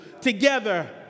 together